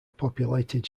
populated